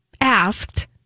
asked